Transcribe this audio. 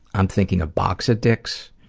i'm thinking, a box of dicks?